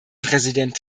präsident